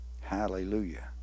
hallelujah